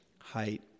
height